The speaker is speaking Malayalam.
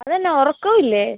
അതെന്താ ഉറക്കം ഇല്ലേ